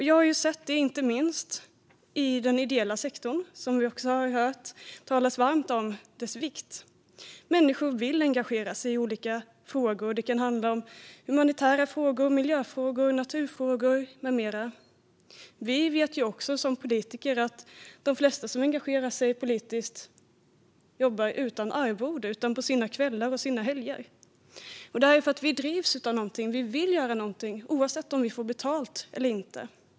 Jag har sett det inte minst i den ideella sektorn, och det har talats varmt om dess vikt. Människor vill engagera sig i olika frågor. Det kan handla om humanitära frågor, miljöfrågor, naturfrågor med mera. Vi vet också som politiker att de flesta som engagerar sig politiskt jobbar utan arvode på kvällar och helger. Det är för att vi drivs av någonting. Vi vill göra någonting, oavsett om vi får betalt eller inte.